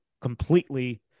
completely